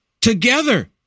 together